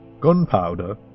Gunpowder